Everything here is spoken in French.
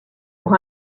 pour